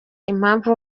impamvu